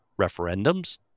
referendums